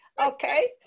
okay